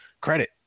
credit